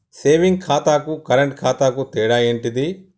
Saving ఖాతాకు current ఖాతాకు తేడా ఏంటిది?